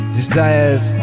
desires